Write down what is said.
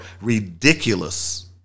ridiculous